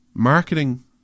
Marketing